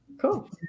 cool